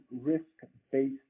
risk-based